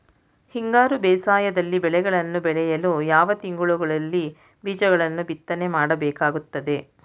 ಹಿಂಗಾರು ಬೇಸಾಯದಲ್ಲಿ ಬೆಳೆಗಳನ್ನು ಬೆಳೆಯಲು ಯಾವ ತಿಂಗಳುಗಳಲ್ಲಿ ಬೀಜಗಳನ್ನು ಬಿತ್ತನೆ ಮಾಡಬೇಕಾಗುತ್ತದೆ?